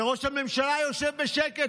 וראש הממשלה יושב בשקט,